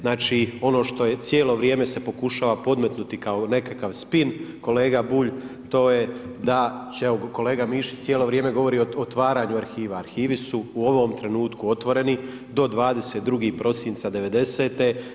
Znači ono što se cijelo vrijeme pokušava podmetnuti kao nekakav spin kolega Bulj to je da će evo kolega Mišić cijelo vrijeme govori o otvaranju arhiva, arhivi su u ovom trenutku otvoreni do 22. prosinca '90.-te.